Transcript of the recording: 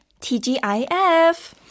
TGIF